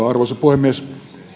arvoisa puhemies